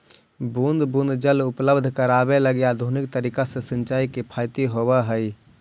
बूंद बूंद जल उपलब्ध करावे लगी आधुनिक तरीका से सिंचाई किफायती होवऽ हइ